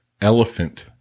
Elephant